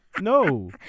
No